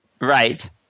Right